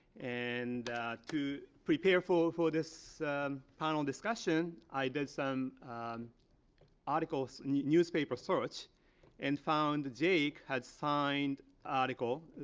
and to prepare for for this panel discussion, i did some article newspaper search and found jake had signed article